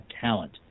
talent